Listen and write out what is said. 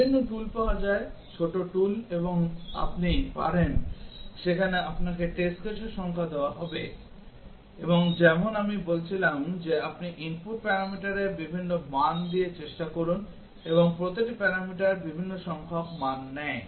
বিভিন্ন tool পাওয়া যায় ছোট tool এবং আপনি পারেন সেখানে আপনাকে টেস্ট কেসের সংখ্যা দেওয়া হবে এবং যেমন আমি বলছিলাম যে আপনি input প্যারামিটারের বিভিন্ন মান দিয়ে চেষ্টা করুন এবং প্রতিটি প্যারামিটার বিভিন্ন সংখ্যক মান নেয়